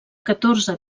catorze